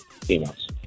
females